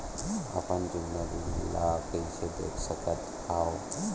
अपन जुन्ना बिल ला कइसे देख सकत हाव?